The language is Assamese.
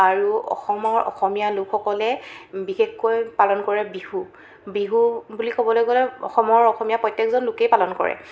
আৰু অসমৰ অসমীয়া লোকসকলে বিশেষকৈ পালন কৰে বিহু বিহু বুলি ক'বলৈ গ'লে অসমৰ অসমীয়া প্ৰত্যেকজন লোকেই পালন কৰে